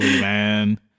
man